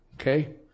okay